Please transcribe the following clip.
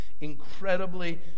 incredibly